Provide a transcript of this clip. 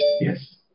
Yes